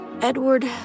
Edward